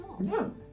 no